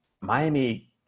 Miami